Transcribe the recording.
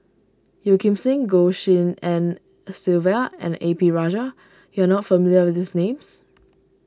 Yeo Kim Seng Goh Tshin En Sylvia and A P Rajah you are not familiar with these names